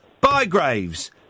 Bygraves